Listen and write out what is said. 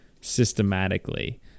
systematically